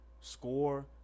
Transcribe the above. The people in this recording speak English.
score